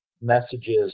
messages